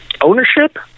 ownership